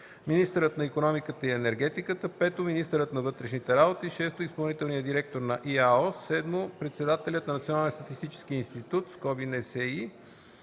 министърът на икономиката и енергетиката; 5. министърът на вътрешните работи; 6. изпълнителният директор на ИАОС; 7. председателят на Националния статистически институт (НСИ); 8.